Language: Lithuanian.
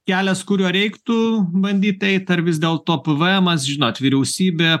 kelias kuriuo reiktų bandyt eit ar vis dėlto pvemas žinot vyriausybė